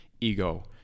ego